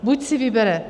Buď si vybere...